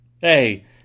Hey